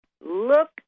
look